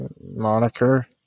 moniker